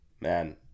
Man